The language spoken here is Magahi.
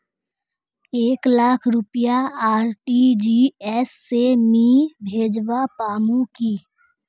एक लाख रुपया आर.टी.जी.एस से मी भेजवा पामु की